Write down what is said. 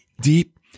deep